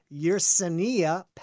Yersinia